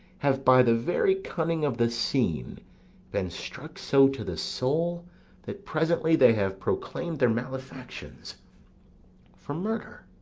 have by the very cunning of the scene been struck so to the soul that presently they have proclaim'd their malefactions for murder,